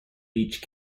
beach